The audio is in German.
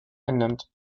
einnimmt